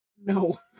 No